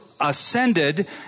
ascended